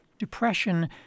Depression